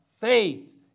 faith